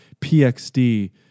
PXD